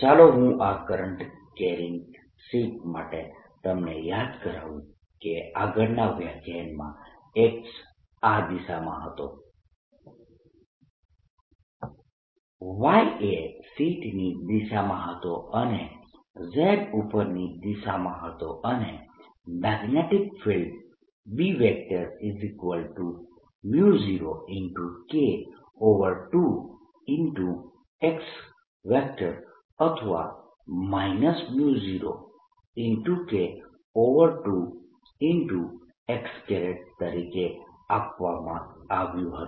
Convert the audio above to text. ચાલો હું આ કરંટ કેરિંગ શીટ માટે તમને યાદ કરાવું કે આગળના વ્યાખ્યાનમાં X આ દિશામાં હતો Y એ શીટની દિશામાં હતો અને Z ઉપરની દિશામાં હતો અને magnetic field B0 K2 x અથવા 0 K2 x તરીકે આપવામાં આવ્યું હતું